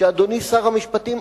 ואדוני שר המשפטים,